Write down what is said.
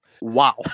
wow